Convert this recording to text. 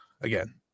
again